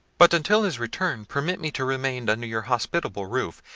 but until his return, permit me to remain under your hospitable roof,